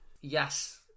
yes